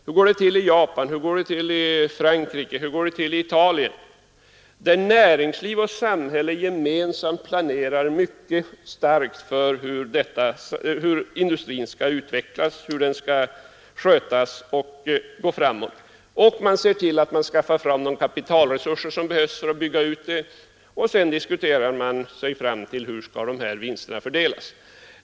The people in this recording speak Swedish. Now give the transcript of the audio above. Hur går det till i Japan, Frankrike och Italien, där näringsliv och samhälle gemensamt planerar mycket starkt för hur industrin skall utvecklas, skötas och göra framsteg? Man ser till att man skaffar de kapitalresurser som behövs för att bygga ut, och sedan diskuterar man sig fram till hur vinsterna skall fördelas.